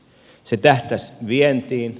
se tähtäsi vientiin